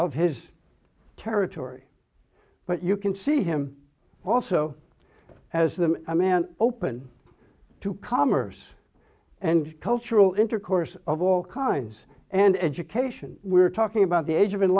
of his territory but you can see him also as the amount open to commerce and cultural intercourse of all kinds and education we're talking about the age of